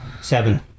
Seven